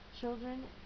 Children